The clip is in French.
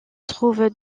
trouve